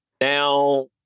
now